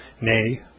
nay